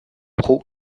pro